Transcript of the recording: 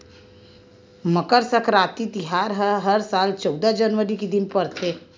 मकर सकराति तिहार ह हर साल चउदा जनवरी के दिन परथे